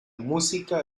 música